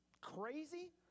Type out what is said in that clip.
crazy